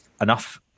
enough